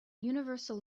universal